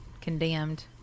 condemned